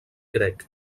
grec